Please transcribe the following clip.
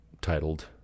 titled